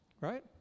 Right